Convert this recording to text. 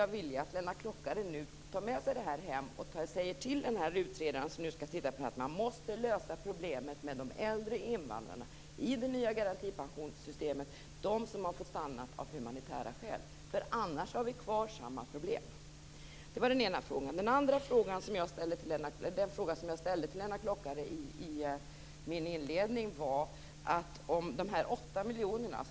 Jag vill att Lennart Klockare tar med sig detta hem och säger till utredaren att problemet med de äldre invandrarna som har fått stanna av humanitära skäl måste lösas i det nya garantipensionssystemet. Annars har vi kvar samma problem. Jag ställde en fråga i min inledning till Lennart Klockare.